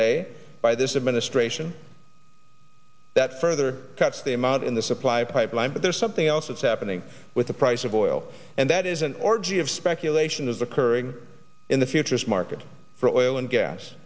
day by this administration that further cuts the amount in the supply pipeline but there's something else that's happening with the price of oil and that is an orgy of speculation is occurring in the futures market for oil and gas